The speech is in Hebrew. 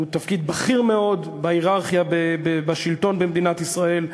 הוא תפקיד בכיר מאוד בהייררכיה בשלטון במדינת ישראל,